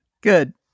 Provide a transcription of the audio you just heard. Good